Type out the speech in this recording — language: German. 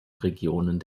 regionen